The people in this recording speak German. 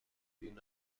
ihn